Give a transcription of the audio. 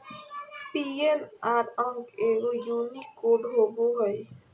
PNR अंक एगो unique code होबो हइ